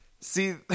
See